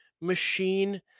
machine